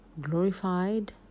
glorified